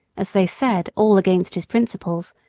as they said, all against his principles,